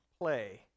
play